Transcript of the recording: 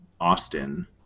Austin